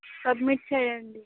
submit చేయండి